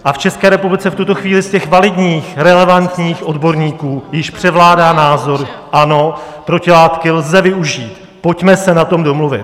V České republice v tuto chvíli z těch validních, relevantních odborníků již převládá názor: Ano, protilátky lze využít, pojďme se na tom domluvit.